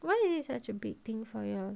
why is it such a big thing for you